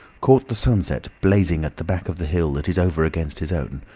caught the sunset blazing at the back of the hill that is over against his own.